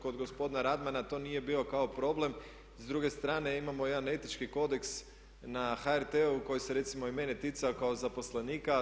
Kod gospodina Radmana to nije bio kao problem a s druge strane imamo jedan etički kodeks na HRT-u koji se recimo i mene ticao kao zaposlenika.